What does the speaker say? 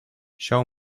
show